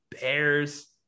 Bears